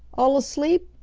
all asleep!